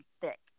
thick